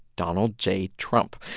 donald j. trump.